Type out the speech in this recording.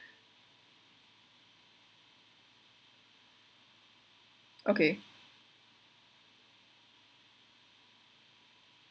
okay